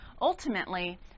Ultimately